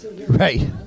Right